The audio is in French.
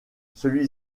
celui